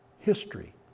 history